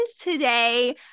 today